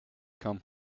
come